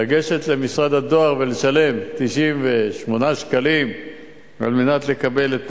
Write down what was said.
לגשת למשרד הדואר ולשלם 98 שקלים על מנת לקבל את